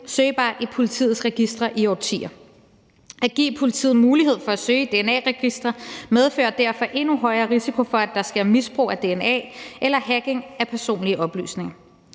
søgbare i politiets registre i årtier. At give politiet mulighed for at søge i dna-registre medfører derfor endnu højere risiko for, at der sker misbrug af dna eller hacking af personlige oplysninger.